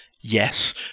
yes